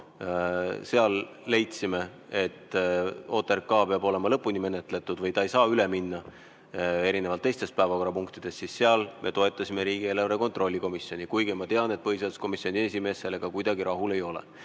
küsimuses leidsime, et OTRK peab olema lõpuni menetletud, ta ei saa üle minna, erinevalt teistest päevakorrapunktidest, siis seal me toetasime riigieelarve kontrolli erikomisjoni, kuigi ma tean, et põhiseaduskomisjoni esimees sellega kuidagi rahul ei ole.